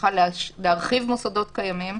ממשיכה להרחיב מוסדות קיימים,